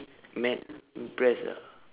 mad impressed ah